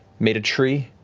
made a tree